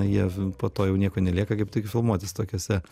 jie po to jau nieko nelieka kaip tik filmuotis tokiuose